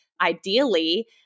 ideally